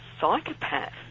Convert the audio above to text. psychopath